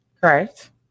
Correct